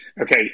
Okay